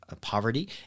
poverty